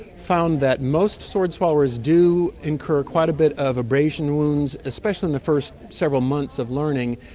found that most sword swallowers do incur quite a bit of abrasion wounds, especially in the first several months of learning.